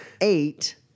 eight